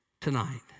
tonight